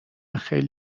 خیلی